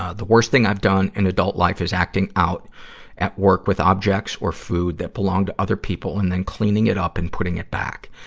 ah the worst thing that i've done in adult life is acting out at work with objects or food that belong to other people and then cleaning it up and putting it back.